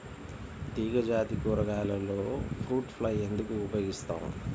తీగజాతి కూరగాయలలో fruit fly ఎందుకు ఉపయోగిస్తాము?